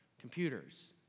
Computers